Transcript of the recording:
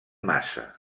massa